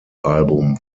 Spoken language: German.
album